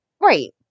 Right